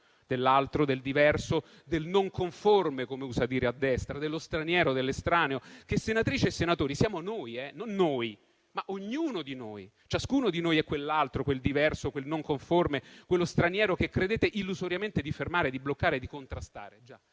dell'altro, del diverso, del non conforme (come si usa dire a destra), dello straniero e dell'estraneo, che, senatrici e senatori, siamo noi, è ognuno di noi. Ciascuno di noi è quell'altro, quel diverso, quel non conforme o quello straniero che credete illusoriamente di fermare, di bloccare e di contrastare.